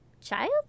Child